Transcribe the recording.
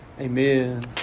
Amen